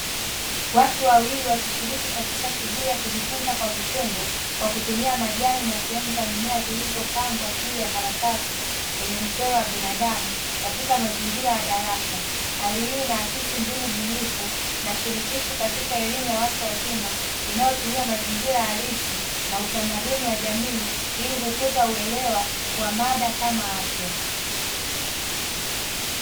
Watu wawili wakishiriki katika shughuli ya kujifunza kwa vitendo kwa kutumia majani na sehemu za mimea zilizopangwa juu ya karatasi yenye mchoro wa binadamu katika mazingira ya darasa hali hii inaakisi mbinu bunifu nashirikishi katika elimu ya watu wazima inayotumia mazingira halisi na utamaduni wa jamii ili kukuza uelewa wa mada kama afya.